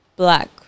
black